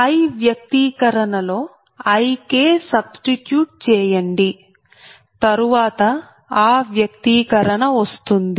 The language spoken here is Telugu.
Vi వ్యక్తీకరణలో Ik సబ్స్టిట్యూట్ చేయండి తరువాత ఆ వ్యక్తీకరణ వస్తుంది